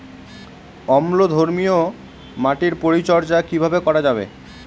অম্লধর্মীয় মাটির পরিচর্যা কিভাবে করা যাবে?